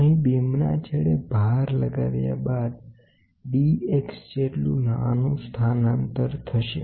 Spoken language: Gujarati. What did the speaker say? તો અંહિ બિમના છેડે ભાર લગાવીશુ ત્યાર બાદ ડેલ્ટા X જેટલું નાનું સ્થાનાંતર મળશે